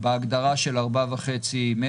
בין 40% ל-50%, בהגדרה של 4.5 מטר.